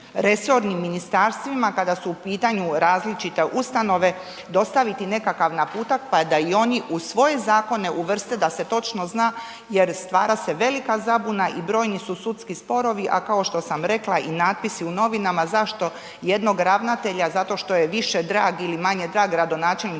resornim ministarstvima kada su u pitanju različite ustanove dostaviti nekakav naputak pa da i oni u svoje zakone uvrste da se točno zna jer stvara se velika zabuna i brojni su sudski sporovi, a kao što sam rekla i napisi u novinama zašto jednog ravnatelja, zato što je više drag ili manje drag gradonačelniku